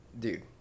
dude